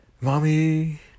mommy